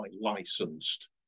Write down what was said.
licensed